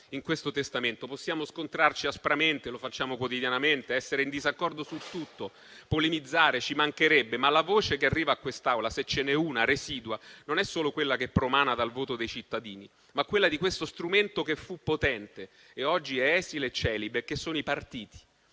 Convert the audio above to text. in questo testamento. Possiamo scontrarci aspramente, lo facciamo quotidianamente, essere in disaccordo su tutto, polemizzare. Ci mancherebbe. La voce che arriva però a quest'Aula, se ce ne è una residua, non è solo quella che promana dal voto dei cittadini, ma quella di questo strumento che fu potente e oggi è esile e celibe, che sono i partiti,